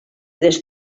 des